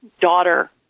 daughter